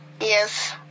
Yes